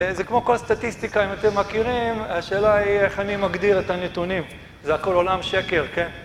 זה כמו כל סטטיסטיקה, אם אתם מכירים, השאלה היא איך אני מגדיר את הנתונים, זה הכל עולם שקר, כן?